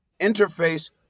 interface